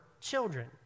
children